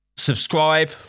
Subscribe